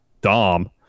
Dom